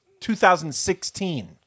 2016